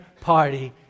party